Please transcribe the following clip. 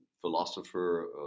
philosopher